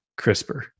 CRISPR